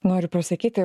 noriu pasakyti